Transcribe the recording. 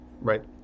Right